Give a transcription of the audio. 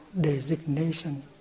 designation